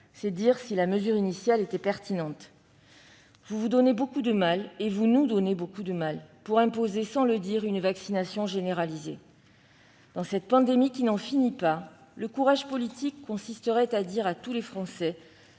C'est dire si la mesure initiale était pertinente ! Vous vous donnez beaucoup de mal, et vous nous donnez beaucoup de mal, pour imposer sans le dire une vaccination généralisée. Dans cette pandémie qui n'en finit pas, le courage politique consisterait à dire à tous les Français